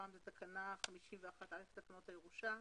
תקנה 51א לתקנות הירושה.